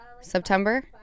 September